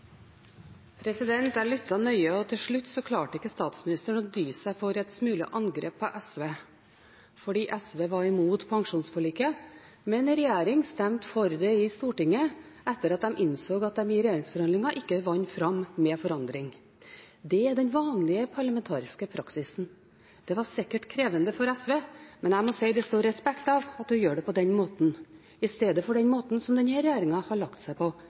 Jeg lyttet nøye, og til slutt klarte ikke statsministeren å dy seg for en smule angrep på SV fordi SV var imot pensjonsforliket, men i regjering stemte for det i Stortinget etter at de innså at de i regjeringsforhandlinger ikke vant fram med forandring. Det er den vanlige parlamentariske praksisen. Det var sikkert krevende for SV, men jeg må si at det står respekt av at man gjør det på den måten istedenfor den måten